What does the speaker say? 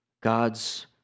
God's